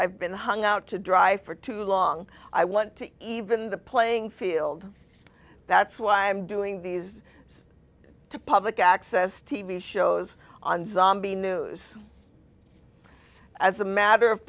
i've been hung out to dry for too long i want to even the playing field that's why i'm doing these public access t v shows on zombie news as a matter of